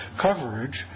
coverage